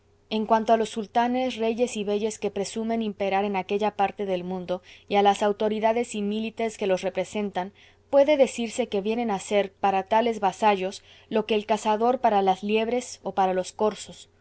en cuanto a los sultanes reyes y beyes que presumen imperar en aquella parte del mundo y a las autoridades y mílites que los representan puede decirse que vienen a ser para tales vasallos lo que el cazador para las liebres o para los corzos